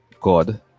God